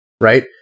Right